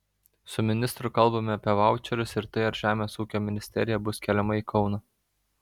su ministru kalbame apie vaučerius ir tai ar žemės ūkio ministerija bus keliama į kauną